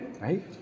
right